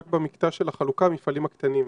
רק במקטע של החלוקה המפעלים הקטנים.